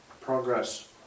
Progress